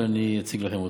ואני אציג לכם אותה,